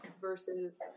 versus